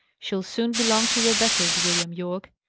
she'll soon belong to your betters, william yorke.